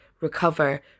recover